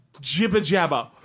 jibber-jabber